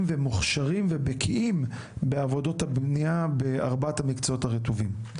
ומוכשרים ובקיאים בעבודות הבנייה בארבעת המקצועות הרטובים.